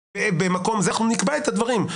ונקבע את הדברים.